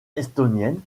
estonienne